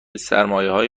سرمایههای